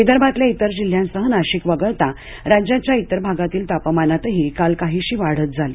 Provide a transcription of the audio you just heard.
विदर्भातल्या इतर जिल्ह्यांसह नाशिक वगळता राज्याच्या इतर भागातील तापमानातही काल काहीशी वाढच झाली